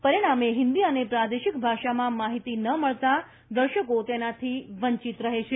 પરિણામે હિન્દી અને પ્રાદેશિક ભાષામાં માહિતી ન મળતાં દર્શકો તેનાથી વંચીત રહે છે